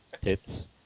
Tits